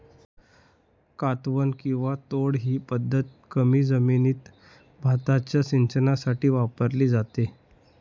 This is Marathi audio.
कातवन किंवा तोड ही पद्धत कमी जमिनीत भाताच्या सिंचनासाठी वापरली जाते